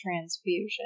transfusion